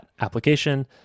application